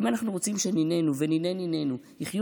אם אנחנו רוצים שנינינו וניני נינינו יחיו